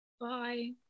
Bye